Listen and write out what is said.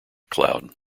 cloud